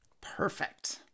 Perfect